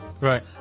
Right